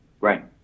Right